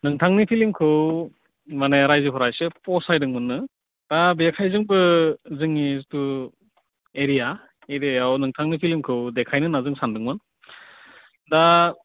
नोंथांनि फ्लिमखौ माने रायजोफोरा एसे फसायदोंमोननो दा बेखाय जोंबो जोंनि जेथु एरिया एरियायाव नोंथांनि फ्लिमखौ देखायनो होन्ना जों सानदोंमोन दा